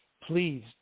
Please